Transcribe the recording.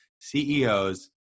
CEOs